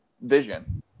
vision